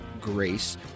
grace